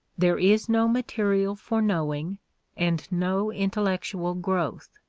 there is no material for knowing and no intellectual growth.